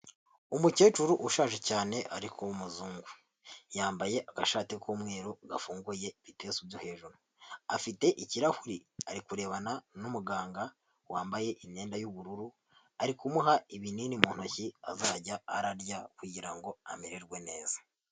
Umukecuru ushaje cyane ariko w'umuzungu yambaye agashati k'umweru gafunguye, ibipesu byo hejuru afite ikirahuri ari kurebana n'umuganga wambaye imyenda y'ubururu, ari kumuha ibinini mu ntoki azajya ararya kugira ngo amererwe neza.